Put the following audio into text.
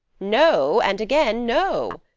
no, and again, no.